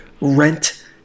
Rent